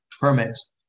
permits